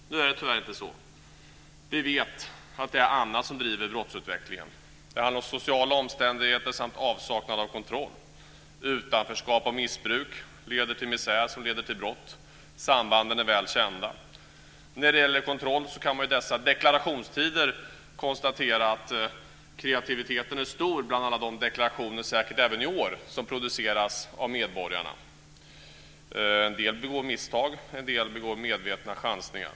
Nu är det tyvärr inte så. Vi vet att det är annat som driver brottsutvecklingen. Det handlar om social omständigheter, avsaknad av kontroll, utanförskap och missbruk. Det leder till misär som leder till brott. Sambanden är väl kända. När det gäller kontroll kan man i dessa deklarationstider konstatera att kreativiteten säkert även i år är stor bland alla de deklarationer som produceras av medborgarna. En del begår misstag, en del tar medvetna chansningar.